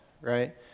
right